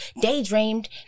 daydreamed